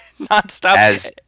nonstop